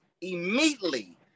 immediately